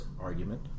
argument